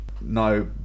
No